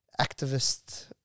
activist